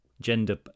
gender